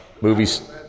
movies